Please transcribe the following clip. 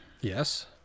Yes